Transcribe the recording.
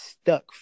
stuck